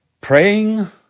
praying